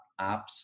apps